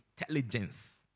intelligence